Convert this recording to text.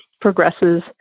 progresses